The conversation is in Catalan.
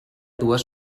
dues